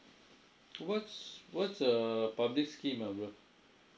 what's what's a public scheme ah bro